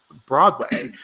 broadway.